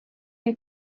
and